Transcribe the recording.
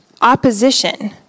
opposition